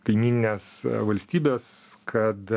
kaimynines valstybes kad